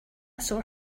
sore